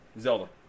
Zelda